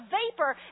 vapor